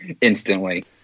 Instantly